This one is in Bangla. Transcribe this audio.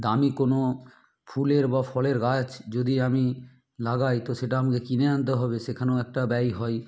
দামি কোনো ফুলের বা ফলের গাছ যদি আমি লাগাই তো সেটা আমাকে কিনে আনতে হবে সেখানেও একটা ব্যয় হয়